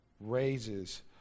raises